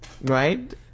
Right